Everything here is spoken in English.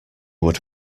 would